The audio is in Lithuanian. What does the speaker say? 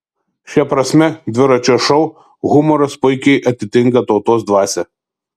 šia prasme dviračio šou humoras puikiai atitinka tautos dvasią